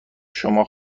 شما